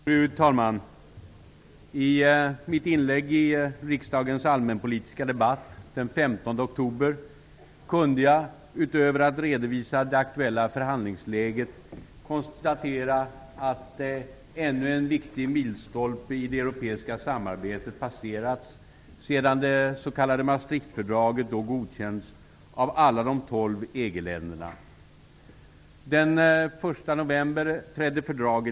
Fru talman! I mitt inlägg i riksdagens allmänpolitiska debatt den 15 oktober kunde jag, utöver att redovisa det aktuella förhandlingsläget, konstatera att ännu en viktig milstolpe i det europeiska samarbetet passerats sedan det s.k.